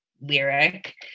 lyric